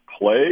play